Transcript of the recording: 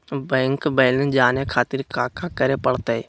Bank balance जाने खातिर काका करे पड़तई?